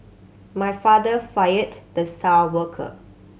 my father fired the star worker